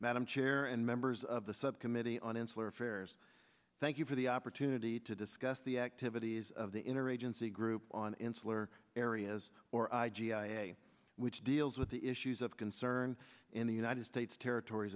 madam chair and members of the subcommittee on insular affairs thank you for the opportunity to discuss the activities of the interagency group on insular areas or which deals with the issues of concern in the united states territories